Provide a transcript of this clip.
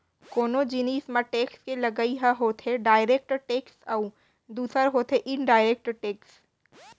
कोनो जिनिस म टेक्स के लगई ह होथे डायरेक्ट टेक्स अउ दूसर होथे इनडायरेक्ट टेक्स